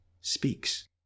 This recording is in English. speaks